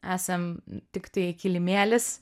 esam tiktai kilimėlis